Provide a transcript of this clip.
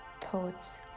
thoughts